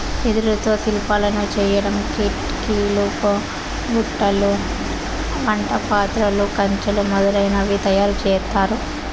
వెదురుతో శిల్పాలను చెక్కడం, కిటికీలు, బుట్టలు, వంట పాత్రలు, కంచెలు మొదలనవి తయారు చేత్తారు